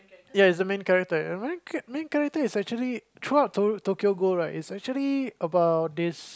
ya he's the main character main character is actually throughout Tokyo ghouls right is actually about this